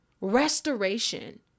restoration